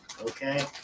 okay